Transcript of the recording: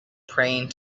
praying